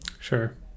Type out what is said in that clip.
Sure